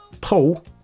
Paul